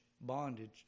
bondage